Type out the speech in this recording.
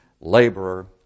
laborer